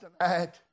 tonight